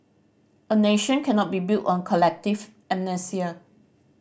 a nation cannot be built on collective amnesia